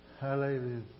Hallelujah